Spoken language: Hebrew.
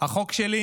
החוק שלי,